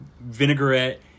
vinaigrette